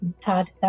Todd